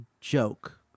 joke